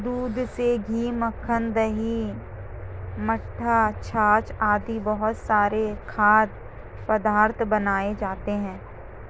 दूध से घी, मक्खन, दही, मट्ठा, छाछ आदि बहुत सारे खाद्य पदार्थ बनाए जाते हैं